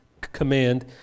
command